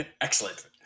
excellent